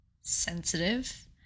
sensitive